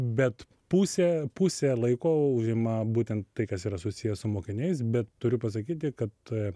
bet pusė pusė laiko užima būtent tai kas yra susiję su mokiniais bet turiu pasakyti kad